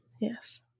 yes